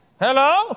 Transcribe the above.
Hello